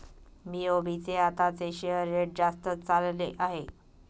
BOB चे आताचे share rate जास्तच चालले आहे